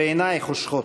ועיני חושכות.